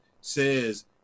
says